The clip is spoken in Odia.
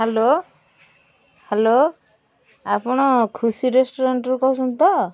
ହ୍ୟାଲୋ ହ୍ୟାଲୋ ଆପଣ ଖୁସୀ ରେଷ୍ଟରାଣ୍ଟରୁ କହୁଛନ୍ତି ତ